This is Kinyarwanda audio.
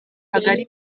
kagali